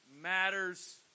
matters